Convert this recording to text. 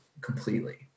completely